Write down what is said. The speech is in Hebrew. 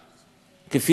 כפי שאמרתי,